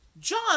John